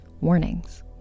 warnings